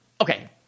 okay